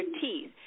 teeth